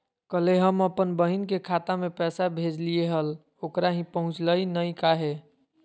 कल्हे हम अपन बहिन के खाता में पैसा भेजलिए हल, ओकरा ही पहुँचलई नई काहे?